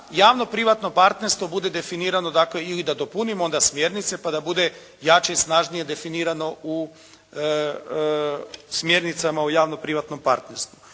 javno-privatno partnerstvo bude definirano dakle ili da dopunimo onda smjernice pa da bude jače, snažnije definirano u smjernicama o javno-privatnom partnerstvu.